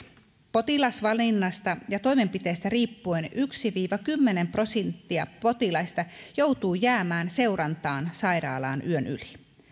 potilasvalinnasta ja toimenpiteestä riippuen yksi viiva kymmenen prosenttia potilaista joutuu jäämään seurantaan sairaalaan yön yli